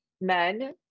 men